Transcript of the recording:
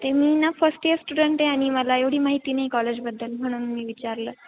ते मी ना फर्स्ट ईयर स्टुडंट आहे आणि मला एवढी माहिती नाही कॉलेजबद्दल म्हणून मी विचारलं